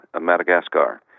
Madagascar